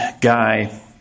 guy